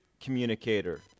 communicator